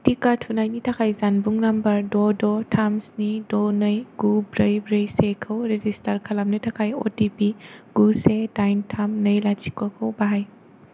टिका थुनायनि थाखाय जानबुं नम्बर द' द' थाम थाम स्नि द' नै गु ब्रै ब्रै से खौ रेजिस्टार खालामनो थाखाय अ टि पि गु से दाइन थाम नै लाथिख' खौ बाहाय